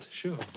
sure